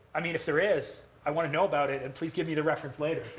i mean, if there is, i want to know about it. and please give me the reference later.